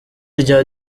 rya